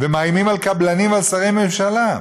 ומאיימים על קבלנים ועל שרי ממשלה.